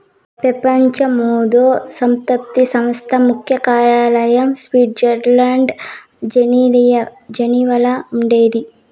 పెపంచ మేధో సంపత్తి సంస్థ ముఖ్య కార్యాలయం స్విట్జర్లండ్ల జెనీవాల ఉండాది